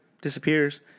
Disappears